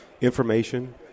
information